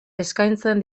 eskaintzen